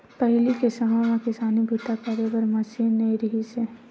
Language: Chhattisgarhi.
पहिली के समे म किसानी बूता करे बर मसीन नइ रिहिस हे